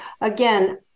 again